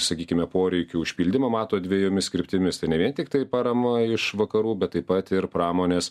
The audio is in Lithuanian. sakykime poreikių užpildymą mato dvejomis kryptimis tai ne vien tiktai parama iš vakarų bet taip pat ir pramonės